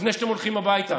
לפני שאתם הולכים הביתה.